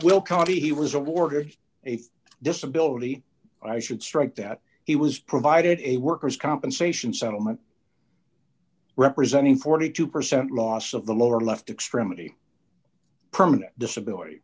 will county he was awarded a disability i should strike that he was provided a worker's compensation settlement representing forty two percent loss of the lower left extremity permanent disability